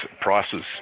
prices